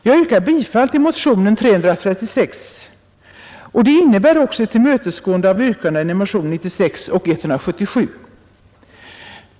Jag yrkar bifall till motionen 336, vilket också innebär tillmötesgående av yrkandena i motionerna 96 och 177.